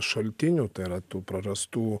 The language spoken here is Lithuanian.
šaltinių tai yra tų prarastų